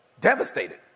devastated